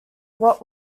what